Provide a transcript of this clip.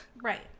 Right